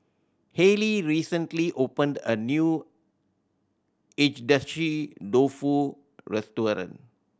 Hayleigh recently opened a new Agedashi Dofu restaurant